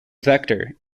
vector